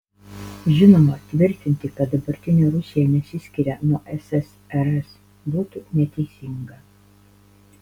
žinoma tvirtinti kad dabartinė rusija nesiskiria nuo ssrs būtų neteisinga